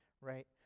right